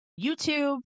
YouTube